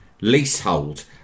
leasehold